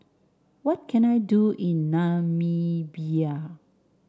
what can I do in Namibia